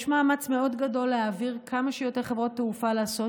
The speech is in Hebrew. יש מאמץ מאוד גדול להעביר כמה שיותר חברות תעופה לעשות